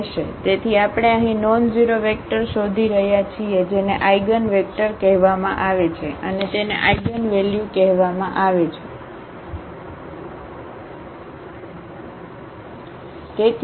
તેથી આપણે અહીં નોનઝેરોવેક્ટર શોધી રહ્યા છીએ જેને આઇગનવેક્ટર કહેવામાં આવે છે અને તેને આઇગનવેલ્યુ કહેવામાં આવે છે બરાબર